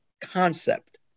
concept